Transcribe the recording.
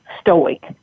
stoic